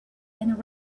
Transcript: and